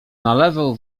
nalewał